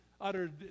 uttered